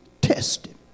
tested